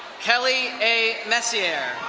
kelly a. messier.